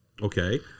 okay